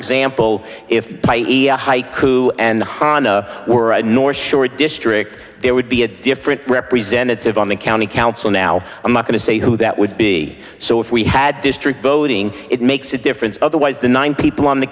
example if a haiku and the han were a north shore district there would be a different representative on the county council now i'm not going to say who that would be so if we had district voting it makes a difference otherwise the nine people on the